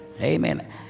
Amen